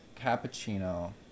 Cappuccino